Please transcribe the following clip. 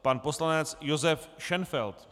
Pan poslanec Josef Šenfeld.